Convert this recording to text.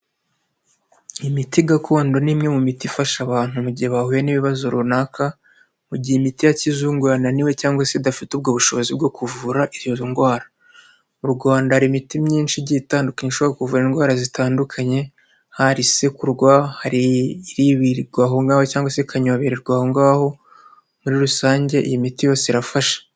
Imiti gakondo ni imwe mu miti ifasha abantu mu gihe bahuye n'ibibazo runaka. Mu gihe imiti ya kizungu yananiwe cyangwa se idafite ubwo bushobozi bwo kuvura iyo ndwara. Mu Rwanda hari imiti myinshi igiye itandukanye ishobora kuvura indwara zitandukanye, hari isekurwa, hari iririrwa cyangwa se ikanyorerwa aho ngaho, muri rusange iyi miti yose irafasha.